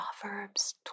Proverbs